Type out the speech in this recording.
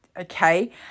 Okay